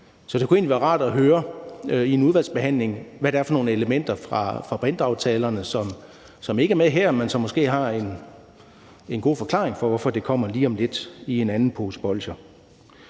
Så det kunne egentlig være rart at høre i en udvalgsbehandling, hvad det er for nogle elementer fra brintaftalerne, som ikke er med her, men man har måske en god forklaring på, hvorfor de kommer lige om lidt i en anden pose bolsjer.